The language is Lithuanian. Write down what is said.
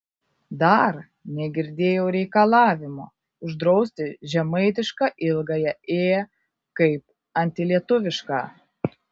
dar negirdėjau reikalavimo uždrausti žemaitišką ilgąją ė kaip antilietuvišką